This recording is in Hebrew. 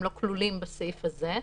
הם לא כלולים בסעיף הזה.